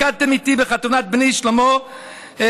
רקדתם איתי בחתונת בני שלמה עם שירה,